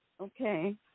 Okay